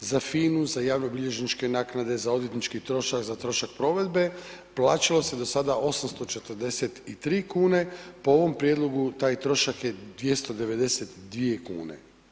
za FINA-u, za javnobilježničke naknade, za odvjetnički trošak, za trošak provedbe, plaćalo se do sada 843 kune, po ovom prijedlogu taj trošak je 292 kune.